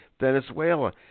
Venezuela